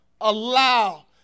allow